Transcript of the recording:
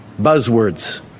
buzzwords